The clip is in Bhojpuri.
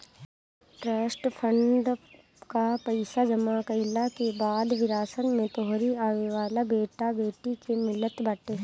ट्रस्ट फंड कअ पईसा जमा कईला के बाद विरासत में तोहरी आवेवाला बेटा बेटी के मिलत बाटे